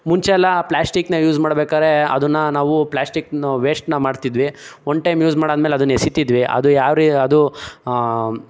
ಮುಂಚೆ ಎಲ್ಲ ಪ್ಲಾಸ್ಟಿಕನ್ನ ಯೂಸ್ ಮಾಡ್ಬೇಕಾದ್ರೆ ಅದನ್ನ ನಾವು ಪ್ಲಾಸ್ಟಿಕನ್ನು ವೇಸ್ಟನ್ನ ಮಾಡ್ತಿದ್ವಿ ಒನ್ ಟೈಮ್ ಯೂಸ್ ಮಾಡಾದಮೇಲೆ ಅದನ್ನ ಎಸಿತಿದ್ವಿ ಅದು ಯಾವ ರೀ ಅದು